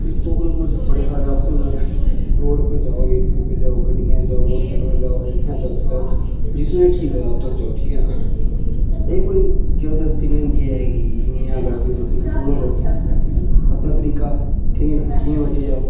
बड़े सारे ऑप्शन न रोड पर जाओ रेलवे पर जाओ गड्डियें र जाओ मोटर सैकलें र जाओ इ'त्थें जाओ उ'त्थें जाओ जिस पर ठीक लगदा उत्त र जाओ ठीक ऐ ना एह् कोई जबरदस्ती निं होंदी ऐ कि इ'यां करगे तुसेंगी जां उ'आं करगे अपना तरीका ठीक जि'यां मर्जी जाओ